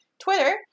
Twitter